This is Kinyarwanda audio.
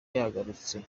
yagarutse